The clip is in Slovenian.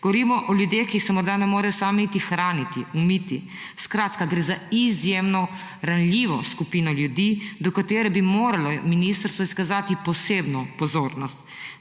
Govorimo o ljudeh, ki se morda ne morejo sami niti hraniti, umiti. Skratka, gre za izjemno ranljivo skupino ljudi, do katere bi moralo ministrstvo izkazati posebno pozornost.